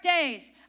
days